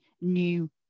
new